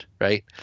right